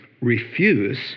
refuse